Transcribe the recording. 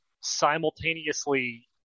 simultaneously